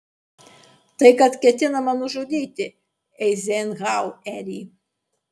tai kad ketinama nužudyti eizenhauerį